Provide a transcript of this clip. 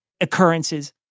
occurrences